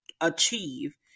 achieve